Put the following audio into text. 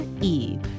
Eve